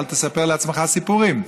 אל תספר לעצמך סיפורים.